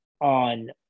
on